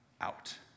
out